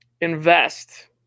invest